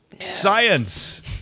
Science